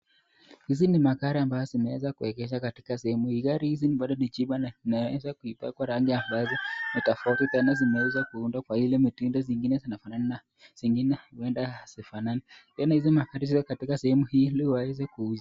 Hizi ni magari ambayo imewezwa kuigesha katika sehemu hii gari hizi bado ni cheaper , na inawezwa kuipakwa rangi ambazo inatakikana kuundwa kwa ile mtindo zingine zina fanana na zingine, zingine huwenda hazi fanani tena hizi magari ziko katika sehemu hii iliweze kuuza.